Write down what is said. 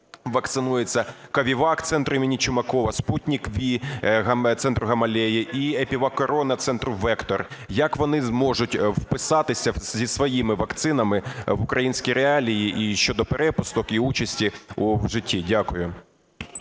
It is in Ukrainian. вакцинуються "КовіВак" у центрі імені Чумакова, "Спутнік" в центрі Гамалеї і "ЕпіВакКорона" центру "Вектор". Як вони зможуть вписатися зі своїми вакцинами в українські реалії і щодо перепусток, і участі у житті? Дякую.